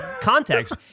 context